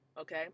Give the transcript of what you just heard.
Okay